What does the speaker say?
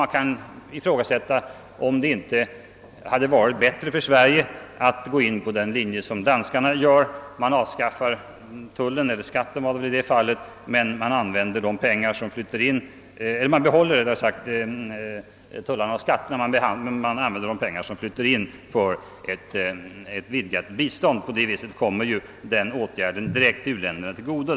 Det kan ifrågasättas, om det inte hade varit bättre för Sverige att gå på samma linje som danskarna; man behåller tullarna och skatterna men använder de pengar som fly ter in för ett vidgat bistånd. På det viset kommer denna åtgärd direkt uländerna till godo.